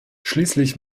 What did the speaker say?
schließlich